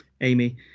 Amy